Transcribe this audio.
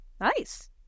Nice